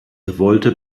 revolte